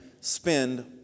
spend